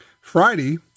Friday